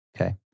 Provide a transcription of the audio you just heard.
Okay